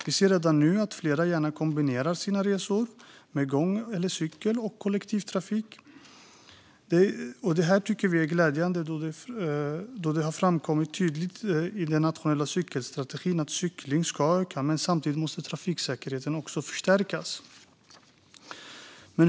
Vi ser redan nu att flera gärna kombinerar sina resor med gång eller cykling och kollektivtrafik. Detta tycker vi är glädjande, då det tydligt framkommer i den nationella cykelstrategin att cyklingen ska öka samtidigt som trafiksäkerheten måste förstärkas.